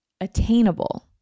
attainable